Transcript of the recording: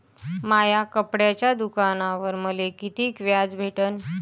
माया कपड्याच्या दुकानावर मले कितीक व्याज भेटन?